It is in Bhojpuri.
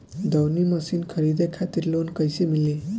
दऊनी मशीन खरीदे खातिर लोन कइसे मिली?